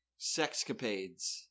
sexcapades